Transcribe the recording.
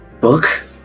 Book